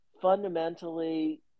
fundamentally